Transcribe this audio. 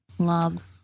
Love